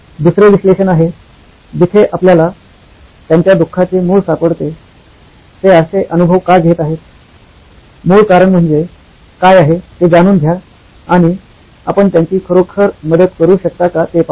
दुसरे विश्लेषण आहे जिथे आपल्याला त्यांच्या दुःखाचे मूळ सापडते ते असे अनुभव का घेत आहेत मुळ कारण म्हणजे काय आहे ते जाणून घ्या आणि आपण त्यांची खरोखर मदत करू शकता का ते पहा